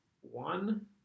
one